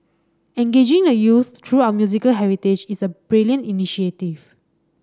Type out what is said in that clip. engaging the youth through our musical heritage is a brilliant initiative